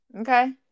Okay